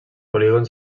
polígons